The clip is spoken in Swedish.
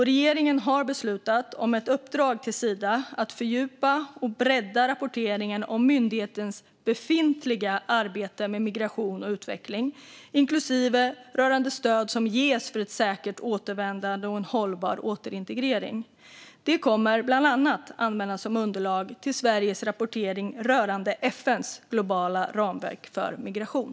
Regeringen har beslutat om ett uppdrag till Sida att fördjupa och bredda rapporteringen om myndighetens befintliga arbete med migration och utveckling, inklusive rörande stöd som ges för ett säkert återvändande och en hållbar återintegrering. Det kommer bland annat att användas som underlag för Sveriges rapportering rörande FN:s globala ramverk för migration.